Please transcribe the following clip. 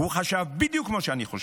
הוא חשב בדיוק מה שאני חושב.